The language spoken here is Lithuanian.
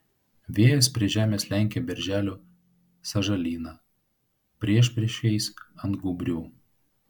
vėjas prie žemės lenkia berželių sąžalyną priešpriešiais ant gūbrių